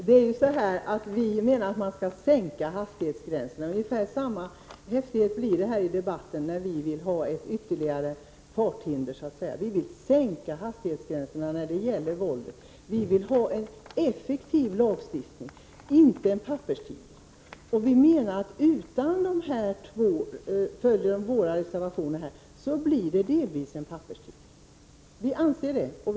Fru talman! Vi menar att man så att säga skall sänka hastighetsgränserna. Det blir en häftighet i debatten när vi vill ha ytterligare ett farthinder. Vi vill sänka hastighetsgränserna när det gäller våldet. För vår del vill vi ha en effektiv lagstiftning, inte en papperstiger. Enligt vår mening blir det delvis en papperstiger, om man inte bifaller våra reservationer. Detta är vår mening.